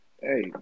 Hey